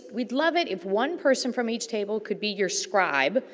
we'd love it if one person from each table could be your scribe.